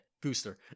Gooster